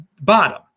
bottom